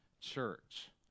church